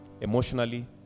emotionally